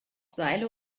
seile